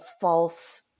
false